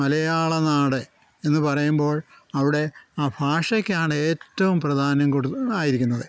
മലയാള നാട് എന്ന് പറയുമ്പോൾ അവിടെ ആ ഭാഷയ്ക്കാണ് ഏറ്റവും പ്രധാനം കൊടുത്ത് ആയിരിക്കുന്നത്